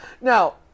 Now